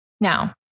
Now